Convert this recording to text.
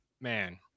man